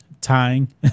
tying